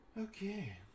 Okay